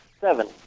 seven